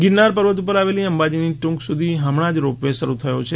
ગિરનાર પર્વત ઉપર આવેલી અંબાજીની ટૂંક સુધી હમણા જ રોપ વે શરૂ થયો છે